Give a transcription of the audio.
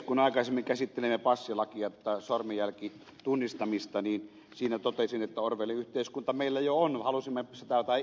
kun aikaisemmin käsittelimme passilakia tai sormijälkitunnistamista niin siinä totesin että orwellin yhteiskunta meillä jo on halusimme sitä tai emme